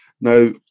Now